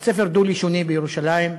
בית-ספר דו-לשוני בירושלים,